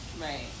right